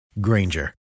Granger